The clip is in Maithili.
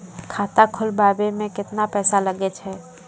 खाता खोलबाबय मे केतना पैसा लगे छै?